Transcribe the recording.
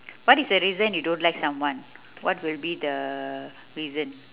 what is the reason you don't like someone what will be the reason